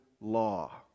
law